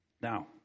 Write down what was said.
Now